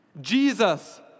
Jesus